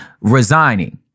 resigning